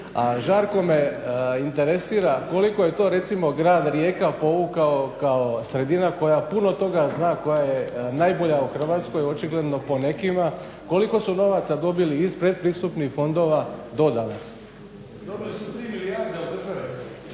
žarko me interesira koliko je to recimo grad Rijeka povukao kao sredina koja puno toga zna, koja je najbolja u Hrvatskoj očigledno po nekima, koliko su novaca dobili iz pretpristupnih fondova do danas. **Friščić, Josip (HSS)**